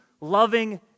loving